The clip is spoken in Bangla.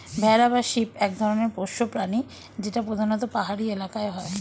ভেড়া বা শিপ এক ধরনের পোষ্য প্রাণী যেটা প্রধানত পাহাড়ি এলাকায় হয়